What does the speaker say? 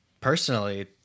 personally